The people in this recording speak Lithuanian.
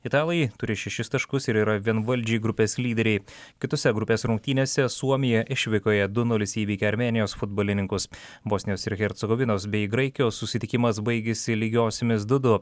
italai turi šešis taškus ir yra vienvaldžiai grupės lyderiai kitose grupės rungtynėse suomija išvykoje du nulis įveikė armėnijos futbolininkus bosnijos ir hercegovinos bei graikijos susitikimas baigėsi lygiosiomis du du